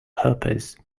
herpes